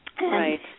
Right